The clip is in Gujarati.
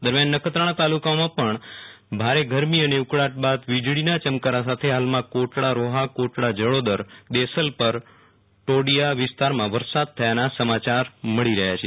દરમ્યાન નખત્રાણા તાલુકામાં પણ ભારે ગરમી અને ઉકળાટ બાદ વિજળીના ચમકારા સાથે હાલમાં કોટડા રોહાકોટડા જડોદરદેશલપરટોડિયા વિસ્તારમાં વરસાદ થયાના સમાયાર મળી રહ્યા છે